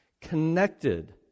Connected